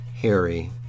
Harry